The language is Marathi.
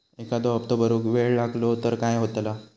एखादो हप्तो भरुक वेळ लागलो तर काय होतला?